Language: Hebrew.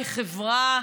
כחברה,